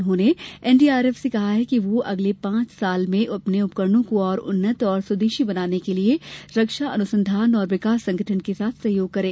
उन्होंने एनडीआरएफ से कहा कि वह अगले पांच वर्ष में अपने उपकरणों को उन्नत और स्वदेशी बनाने के लिए रक्षा अनुसंधान और विकास संगठन के साथ सहयोग करे